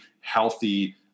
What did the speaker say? healthy